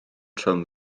trwm